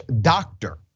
doctor